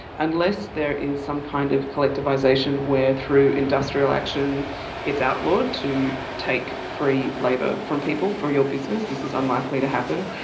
unless there is some kind of collectivisation where through industrial action it's outlawed to take free labour from people for your business, this is unlikely to happen.